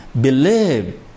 believe